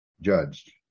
judged